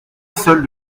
seul